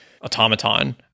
automaton